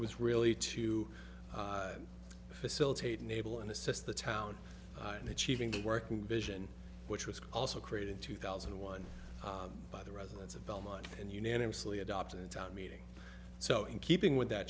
was really to facilitate enable and assist the town and achieving working vision which was also created two thousand and one by the residents of belmont and unanimously adopted a town meeting so in keeping with that